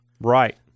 right